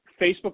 Facebook